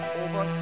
over